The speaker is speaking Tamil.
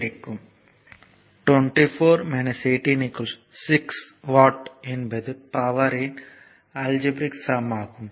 24 18 6 வாட் என்பது பவர் இன் அல்ஜீபிரிக் சம் ஆகும்